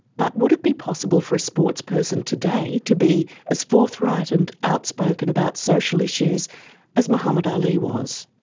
but would it be possible for a sportsperson today to be as forthright and outspoken about social issues as muhammad ali was?